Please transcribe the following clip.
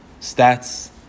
stats